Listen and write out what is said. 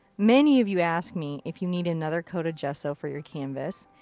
many of you ask me if you need another coat of gesso for your canvas.